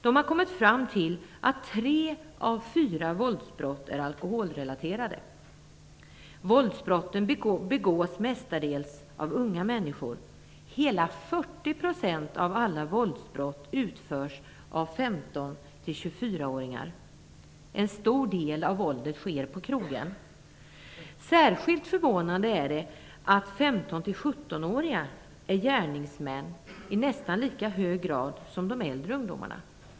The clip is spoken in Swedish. De har kommit fram till att tre av fyra våldsbrott är alkoholrelaterade. Våldsbrotten begås mestadels av unga människor. Hela 40 % av alla våldsbrott utförs av 15-24-åringar. En stor del av våldet sker på krogen. Särskilt förvånande är det att 15-17-åringar är gärningsmän i nästan lika hög grad som de äldre ungdomarna.